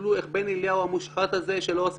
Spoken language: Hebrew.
תסתכלו איך בני אליהו המושחת הזה שלא עושה